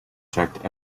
checked